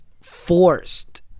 forced